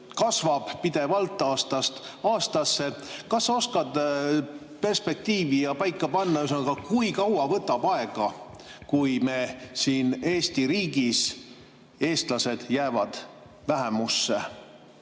kasvab pidevalt, aastast aastasse. Kas sa oskad perspektiivi paika panna, kui kaua võtab aega, kui Eesti riigis eestlased jäävad vähemusse?